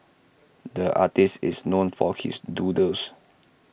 the artist is known for his doodles